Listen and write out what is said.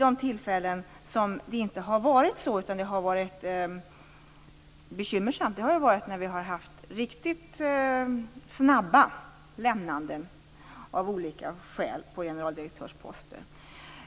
De tillfällen då det inte har varit så och då det har varit bekymmersamt, har ju varit när vi har haft riktigt snabba lämnanden av olika skäl på generaldirektörsposter.